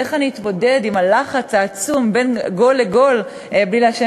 איך אני אתמודד עם הלחץ העצום בין גול לגול בלי לעשן?